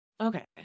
Okay